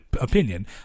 opinion